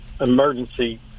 emergency